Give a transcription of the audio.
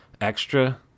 extra